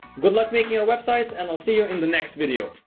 goodluck making your website and i'll see you in the next video